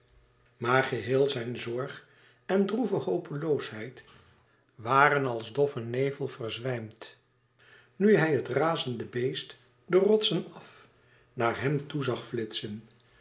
maar geheel zijn zorg en droeve hopeloosheid waren als doffe nevel verzwijmd nu hij het razende beest de rotsen af naar hem toe zag flitsen